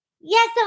Yes